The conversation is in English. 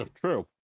True